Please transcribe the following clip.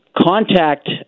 contact